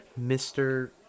Mr